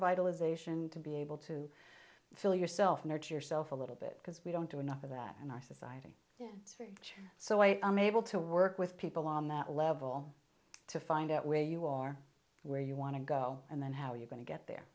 vital ization to be able to feel yourself nurture yourself a little bit because we don't do enough of that in our society so i am able to work with people on that level to find out where you are where you want to go and then how you're going to get there